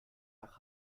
nach